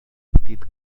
petit